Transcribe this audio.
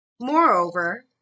moreover